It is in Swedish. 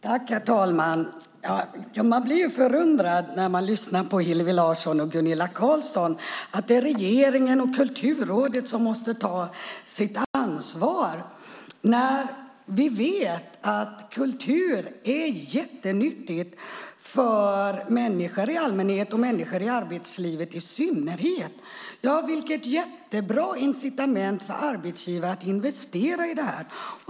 Herr talman! Man blir förundrad när man lyssnar på Hillevi Larsson och Gunilla Carlsson som säger att regeringen och Kulturrådet måste ta sitt ansvar. Vi vet att kultur är nyttigt för människor i allmänhet och för människor i arbetslivet i synnerhet. Vilket utmärkt incitament för arbetsgivare att investera i det!